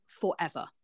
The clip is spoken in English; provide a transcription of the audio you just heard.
forever